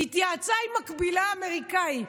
התייעצה עם מקבילה האמריקאי.